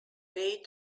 way